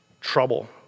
trouble